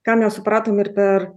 kam nesupratom ir per